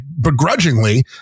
begrudgingly